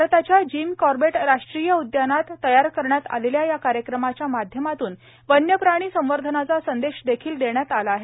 भारताच्या Jim Corbett राष्ट्रीय उदयानात तयार करण्यात आलेल्या या कार्यक्रमाच्या माध्यमातून वन्यप्राणी संवर्धनाचा संदेश देखिल देण्यात आला आहे